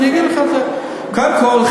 אני אגיד לך את זה: קודם כול,